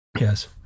Yes